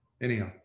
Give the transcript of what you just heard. Anyhow